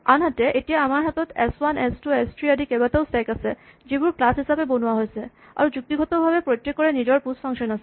আনহাতে এতিয়া আমাৰ হাতত S one S two S three আদি কেইবাটাও স্টেক আছে যিবোৰ ক্লাচ হিচাপে বনোৱা হৈছে আৰু যুক্তিগতভাৱে প্ৰত্যেকৰে নিজৰ প্যুচ ফাংচন আছে